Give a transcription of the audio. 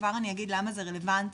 וכבר אני אגיד למה זה רלבנטי.